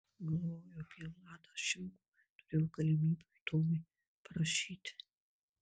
galvojo apie vladą šimkų turėjo galimybių įdomiai parašyti